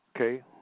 Okay